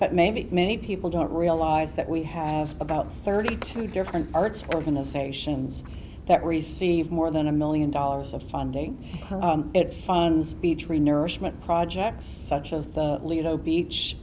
that maybe many people don't realize that we have about thirty two different arts organizations that receive more than a million dollars of funding it's fun speech renourishment projects such as the lido beach